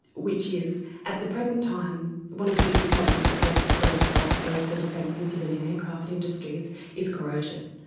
which is at the present time one of the biggest problems that causes the greatest costs both for defence and civilian aircraft industries is corrosion.